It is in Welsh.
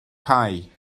cau